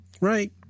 right